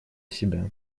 себя